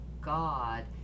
god